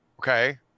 Okay